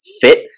fit